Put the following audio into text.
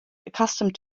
accustomed